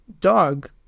dog